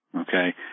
Okay